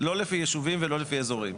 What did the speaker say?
לא לפי יישובים ולא לפי אזורים.